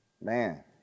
Man